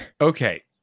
okay